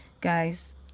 guys